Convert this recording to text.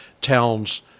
towns